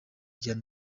igihano